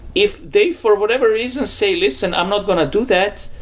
if they for whatever reason say, listen, i'm not going to do that,